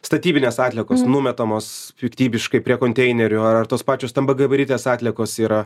statybinės atliekos numetamos piktybiškai prie konteinerių ar tos pačios stambiagabaritės atliekos yra